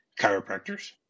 chiropractors